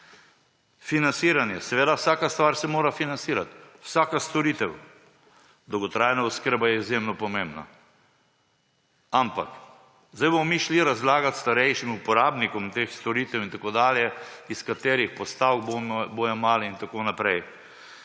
Financiranje. Seveda vsaka stvar se mora financirati, vsaka storitev. Dolgotrajna oskrba je izjemno pomembna. Ampak sedaj bomo mi šli razlagati starejšim uporabnikom teh storitev in tako dalje iz katerih postavk bomo jemali in tako naprej.